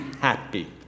happy